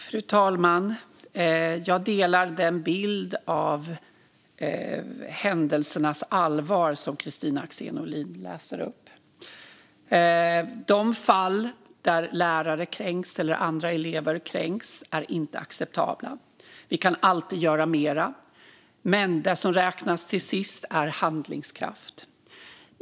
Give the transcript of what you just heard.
Fru talman! Jag delar den bild av händelsernas allvar som Kristina Axén Olin återger. De fall där lärare eller andra elever kränks är inte acceptabla. Vi kan alltid göra mer. Men det som räknas till sist är handlingskraft.